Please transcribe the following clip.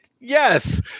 yes